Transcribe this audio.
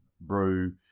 brew